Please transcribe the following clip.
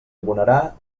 abonarà